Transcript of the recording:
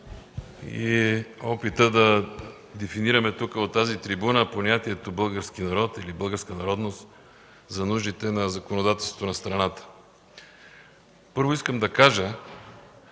и опитът да дефинираме тук от тази трибуна понятието „български народ” или „българска народност” за нуждите на законодателството на страната. Първо, искам да кажа,